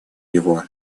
его